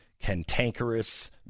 cantankerous